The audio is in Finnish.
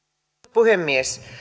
puhemies